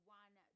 one